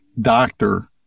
doctor